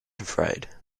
afraid